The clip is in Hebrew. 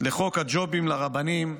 לחוק הג'ובים לרבנים,